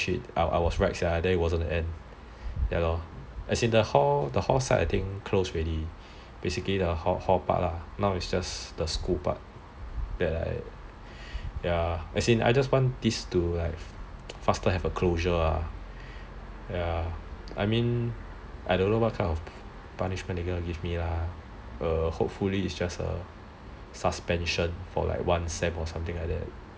I was right sia it wasn't going to end the hall side I think close already now it's just the school part I just want this to faster have a closure lah ya I mean I don't know what kind of punishment they gonna give me lah hopefully it's just suspension for one sem or something like that